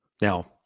Now